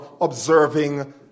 observing